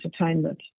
entertainment